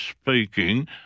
speaking